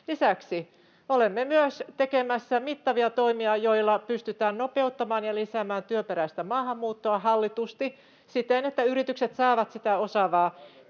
Lisäksi olemme myös tekemässä mittavia toimia, joilla pystytään nopeuttamaan ja lisäämään työperäistä maahanmuuttoa hallitusti siten, että yritykset saavat sitä osaavaa